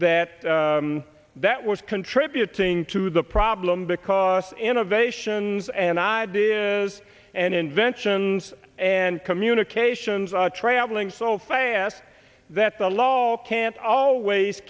that that was contributing to the problem because innovations and ideas and inventions and communications traveling so fast that the law all can't always